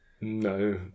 No